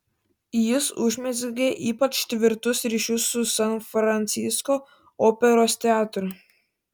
jis užmezgė ypač tvirtus ryšius su san francisko operos teatru